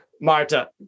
Marta